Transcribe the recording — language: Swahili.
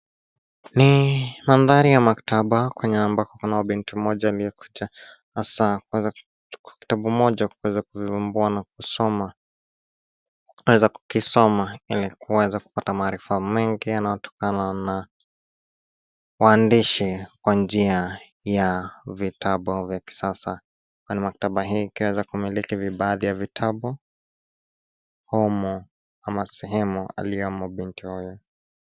Ni mandhari ya maktaba kwenye ambako kuna binti mmoja aliyekuja hasa kwa kuchukuwa kitabu moja ya kuweza kuzimbua na kusoma ili kuweza kupata maarifa mengi yanayo tokana na uandishi kwa njia ya vitabu vya kisasa. Kwani maktaba hii ikiweza kumiliki vibaadhi vya vitabu humu ama sehemu aliyomo binti huyu.